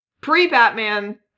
pre-batman